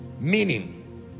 meaning